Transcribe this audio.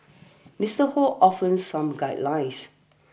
Mister Ho offers some guidelines